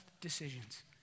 decisions